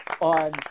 on